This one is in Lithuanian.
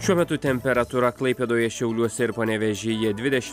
šiuo metu temperatūra klaipėdoje šiauliuose ir panevėžyje dvideši